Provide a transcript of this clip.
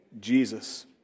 Jesus